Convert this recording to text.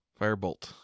Firebolt